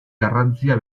garrantzia